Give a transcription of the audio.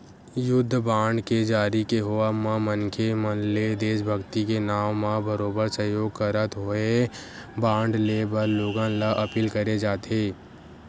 युद्ध बांड के जारी के होवब म मनखे मन ले देसभक्ति के नांव म बरोबर सहयोग करत होय बांड लेय बर लोगन ल अपील करे जाथे